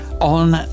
on